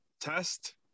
test